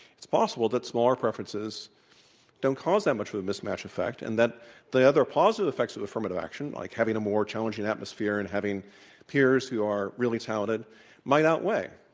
it's possible that smaller preferences don't cause that much of a mismatch effect and that the other positive effects of affirmative action like having a more challengingatmosphere and having peers who are really talented might outweigh.